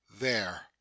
There